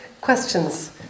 Questions